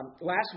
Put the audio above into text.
Last